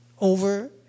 Over